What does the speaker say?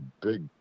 big